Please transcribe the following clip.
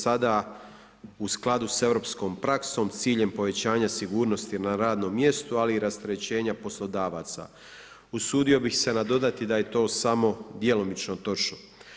Sada u skladu sa europskom praksom s ciljem povećanja sigurnosti na radnom mjestu, ali i rasterećenja poslodavaca.“ Usudio bih se nadodati da je to samo djelomično točno.